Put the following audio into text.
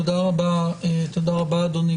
תודה רבה, אדוני.